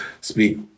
speak